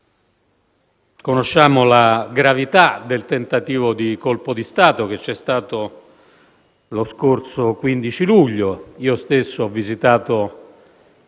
conosciamo la gravità del tentativo di colpo di Stato che c'è stato lo scorso 15 luglio. Io stesso ho visitato